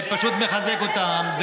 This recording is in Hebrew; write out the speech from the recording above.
פשוט מחזק אותם,